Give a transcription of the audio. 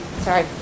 sorry